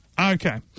Okay